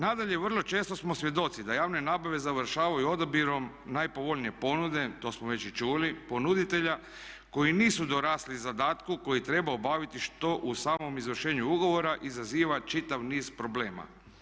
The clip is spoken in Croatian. Nadalje, vrlo često smo svjedoci da javne nabave završavaju odabirom najpovoljnije ponude, to smo već i čuli ponuditelja koji nisu dorasli zadatku koji treba obaviti što u samom izvršenju ugovora izaziva čitav niz problema.